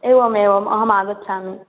एवम् एवम् अहम् आगच्छामि